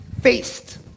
faced